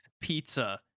pizza